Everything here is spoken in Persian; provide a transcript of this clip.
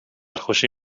خوشی